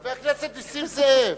חבר הכנסת נסים זאב,